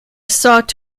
sought